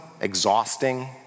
exhausting